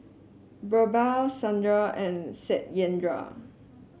BirbaL Sundar and Satyendra